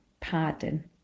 pardon